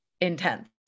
intense